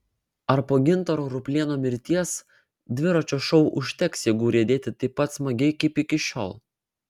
ar po gintaro ruplėno mirties dviračio šou užteks jėgų riedėti taip pat smagiai kaip iki šiol